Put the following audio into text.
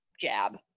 jab